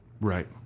Right